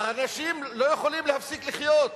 והאנשים לא יכולים להפסיק לחיות,